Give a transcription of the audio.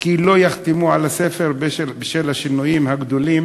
לא יחתמו על הספר בשל השינויים הגדולים